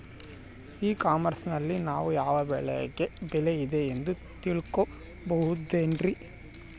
E commerce ನಲ್ಲಿ ನಾವು ಯಾವ ಬೆಳೆಗೆ ಬೆಲೆ ಇದೆ ಅಂತ ತಿಳ್ಕೋ ಬಹುದೇನ್ರಿ?